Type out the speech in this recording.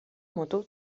moto